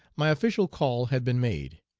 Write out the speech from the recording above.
my official call had been made.